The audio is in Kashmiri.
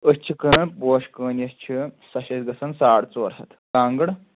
أسۍ چھِ کٕنَن پوشہِ کٲنۍ یَس چھِ سۄ چھِ اَسہِ گژھان ساڑ ژور ہَتھ کانٛگٕر